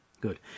good